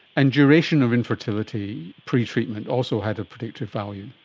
and duration of infertility pre-treatment also had a predictive value.